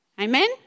Amen